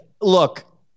look